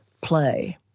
play